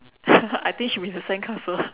I think should be the sandcastle